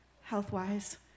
health-wise